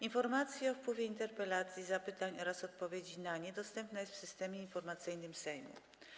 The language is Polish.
Informacja o wpływie interpelacji i zapytań oraz odpowiedzi na nie dostępna jest w Systemie Informacyjnym Sejmu.